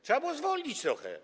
Trzeba było zwolnić trochę.